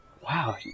wow